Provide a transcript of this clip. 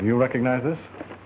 you recognize this